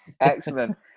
Excellent